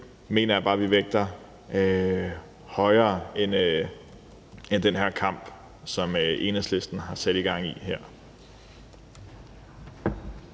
mener jeg bare vi vægter højere end den her kamp, som Enhedslisten har sat i gang her.